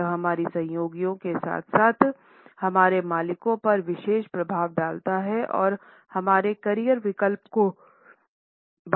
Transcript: यह हमारे सहयोगियों के साथ साथ हमारे मालिकों पर विशेष प्रभाव डालता है और हमारे करियर विकल्प को बढ़ा सकता हैं